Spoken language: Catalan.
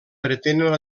pretenen